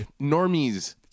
Normies